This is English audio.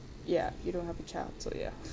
ya you don't have a child so ya